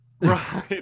Right